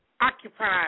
Occupy